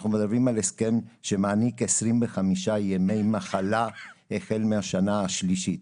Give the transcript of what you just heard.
אנחנו מדברים על הסכם שמעניק 25 ימי מחלה החל מהשנה השלישית